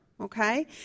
okay